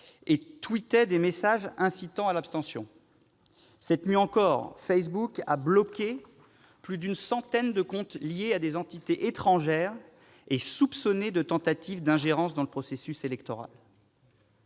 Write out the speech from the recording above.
et tweettaient des messages incitant à l'abstention. Cette nuit encore, Facebook a bloqué plus d'une centaine de comptes liés à des entités étrangères et soupçonnés de tentative d'ingérence dans le processus électoral.